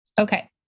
Okay